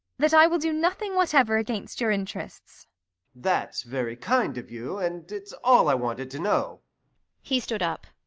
that i will do nothing whatever against your interests that's very kind of you, and it's all i wanted to know he stood up.